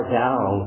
down